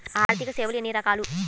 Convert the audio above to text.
ఆర్థిక సేవలు ఎన్ని రకాలు?